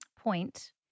point